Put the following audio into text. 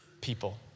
people